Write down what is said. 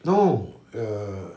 no err